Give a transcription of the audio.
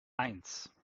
eins